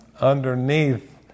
underneath